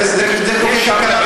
זה חוקי כלכלה.